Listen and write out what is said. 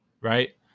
right